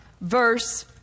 verse